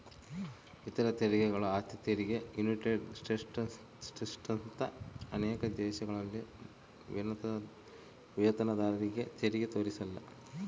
ಇತರ ತೆರಿಗೆಗಳು ಆಸ್ತಿ ತೆರಿಗೆ ಯುನೈಟೆಡ್ ಸ್ಟೇಟ್ಸ್ನಂತ ಅನೇಕ ದೇಶಗಳಲ್ಲಿ ವೇತನದಾರರತೆರಿಗೆ ತೋರಿಸಿಲ್ಲ